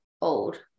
old